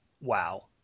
wow